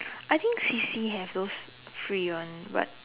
I think C_C have those free ones but